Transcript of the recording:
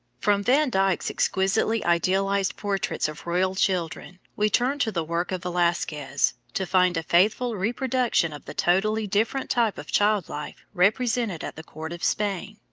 from van dyck's exquisitely idealized portraits of royal children we turn to the work of velasquez, to find a faithful reproduction of the totally different type of child-life represented at the court of spain.